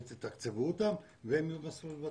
תתקצבו אותן והן יהיו בסוף לוותמ"ל.